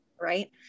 Right